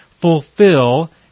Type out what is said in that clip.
fulfill